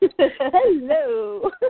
Hello